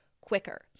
quicker